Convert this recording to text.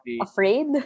afraid